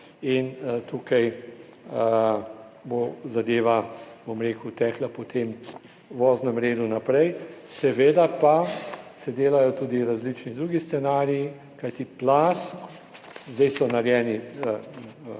in tukaj bo zadeva, bom rekel, tekla po tem voznem redu naprej. Seveda pa se delajo tudi različni drugi scenariji, zdaj so narejeni